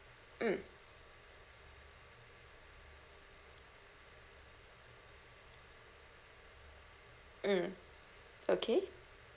mm mm okay